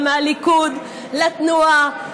מהליכוד לתנועה,